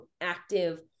active